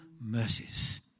mercies